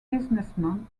businessman